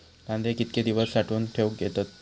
कांदे कितके दिवस साठऊन ठेवक येतत?